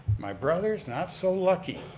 my brothers not so lucky.